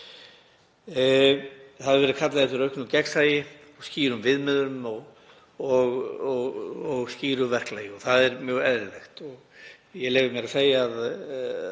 Það hefur verið kallað eftir auknu gegnsæi, skýrum viðmiðum og skýru verklagi og það er mjög eðlilegt. Ég leyfi mér að segja að